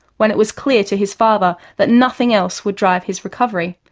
when it was clear to his father that nothing else would drive his recovery.